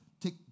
Take